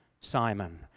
Simon